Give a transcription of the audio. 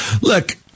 Look